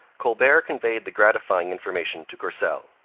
colbert conveyed the gratifying information to courcelle